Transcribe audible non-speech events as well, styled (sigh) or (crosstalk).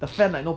(breath)